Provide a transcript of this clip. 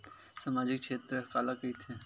सामजिक क्षेत्र काला कइथे?